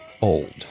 old